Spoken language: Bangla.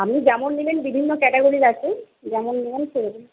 আপনি যেমন নেবেন বিভিন্ন ক্যাটাগরির আছে যেমন নেবেন সেরকম